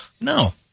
No